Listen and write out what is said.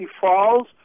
Falls